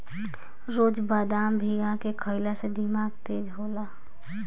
रोज बदाम भीगा के खइला से दिमाग तेज होला